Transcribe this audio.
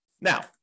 Now